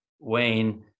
Wayne